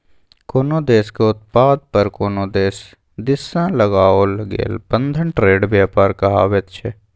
कोनो देशक उत्पाद पर कोनो देश दिससँ लगाओल गेल बंधन ट्रेड व्यापार कहाबैत छै